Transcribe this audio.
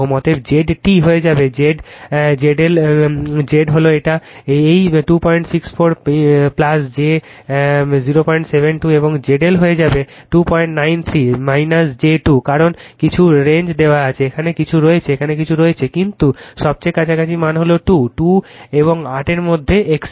অতএব Z T হয়ে যাবে z ZL Z হলো ইটা এই 264 j 072 এবং ZL হয়ে যাবে 293 j 2 কারণ কিছু রেঞ্জ দেওয়া আছে এখানে কিছু রয়েছে এখানে কিছু রয়েছে কিন্তু সবচেয়ে কাছাকাছি মান হল 2 2 এবং 8 এর মধ্যে XC